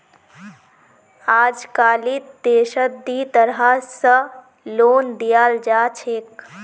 अजकालित देशत दी तरह स लोन दियाल जा छेक